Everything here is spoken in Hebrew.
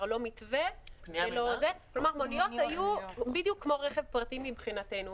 לא מתווה ולא מוניות היו בדיוק כמו רכב פרטי מבחינתנו.